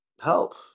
help